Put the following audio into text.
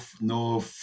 no